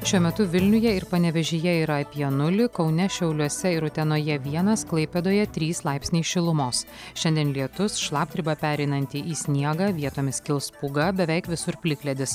šiuo metu vilniuje ir panevėžyje yra apie nulį kaune šiauliuose ir utenoje vienas klaipėdoje trys laipsniai šilumos šiandien lietus šlapdriba pereinanti į sniegą vietomis kils pūga beveik visur plikledis